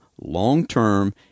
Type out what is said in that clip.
long-term